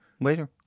Later